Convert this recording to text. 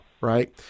right